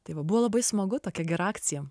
tai va buvo labai smagu tokia gera akcija